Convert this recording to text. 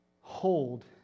hold